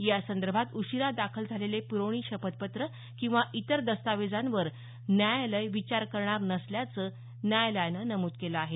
यासंदर्भात उशीरा दाखल झालेले पुरवणी शपथपत्रं किंवा इतर दस्तावेजांवर न्यायालय विचार करणार नसल्याचं न्यायालयानं नमूद केलं आहे